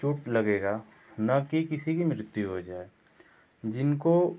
चोट लगेगा न कि किसी की मृत्यु हो जाए जिनको